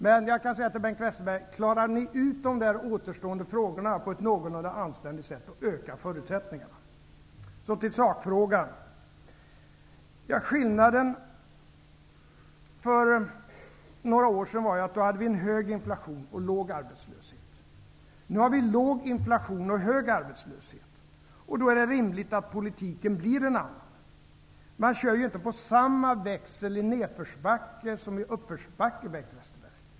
Men jag kan till Bengt Westerberg säga att om ni klarar ut de återstående frågorna på ett någorlunda anständigt sätt ökar förutsättningarna. Så till sakfrågan. Skillnaden mellan situationen i dag och situationen för några år sedan är att vi då hade en hög inflation och en låg arbetslöshet och att vi nu har låg inflation och hög arbetslöshet. Då är det rimligt att politiken blir en annan. Man kör ju inte på samma växel i nedförsbacke som i uppförsbacke, Bengt Westerberg.